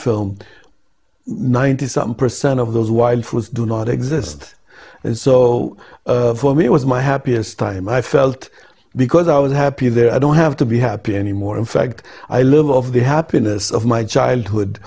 film ninety some percent of those wildfires do not exist and so for me it was my happiest time i felt because i was happy that i don't have to be happy anymore in fact i live of the happiness of my childhood